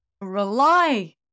rely